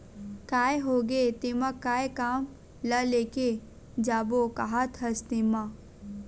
काय होगे तेमा काय काम ल लेके जाबो काहत हस तेंमा?